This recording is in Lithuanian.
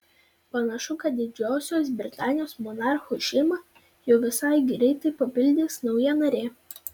panašu kad didžiosios britanijos monarchų šeimą jau visai greitai papildys nauja narė